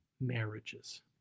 marriages